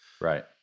Right